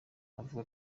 avuga